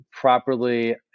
properly